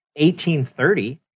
1830